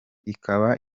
ikaba